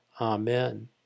Amen